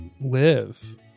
live